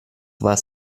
was